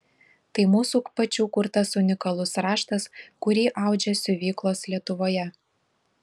tai mūsų pačių kurtas unikalus raštas kurį audžia siuvyklos lietuvoje